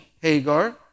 Hagar